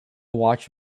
watch